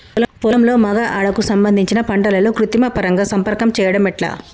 పొలంలో మగ ఆడ కు సంబంధించిన పంటలలో కృత్రిమ పరంగా సంపర్కం చెయ్యడం ఎట్ల?